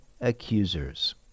accusers